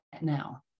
now